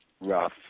rough